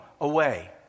away